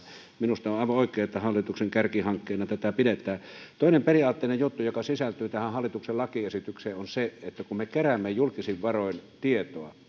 minusta on aivan oikein että hallituksen kärkihankkeena tätä pidetään toinen periaatteellinen juttu joka sisältyy tähän hallituksen lakiesitykseen on se että kun me keräämme julkisin varoin tietoa